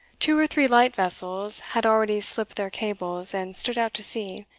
two or three light vessels had already slipped their cables and stood out to sea,